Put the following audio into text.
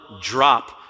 drop